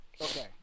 okay